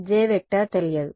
J తెలియదు